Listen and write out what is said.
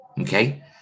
Okay